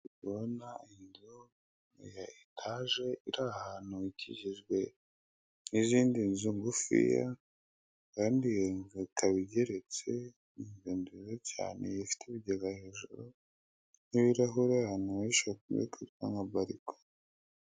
Ndi kubona inzu ya etaje iri ahantu ikikijwe n'izindi nzu ngufiya, kandi iyo inzu ikaba igeretse, ni inzu nziza cyane ifite ibigega hejuru n'ibirahure abantu bakunze kwita nka Baliko.